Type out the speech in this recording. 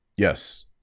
Yes